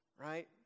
right